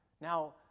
Now